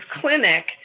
clinic